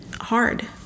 hard